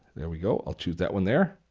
there we go, i'll choose that one there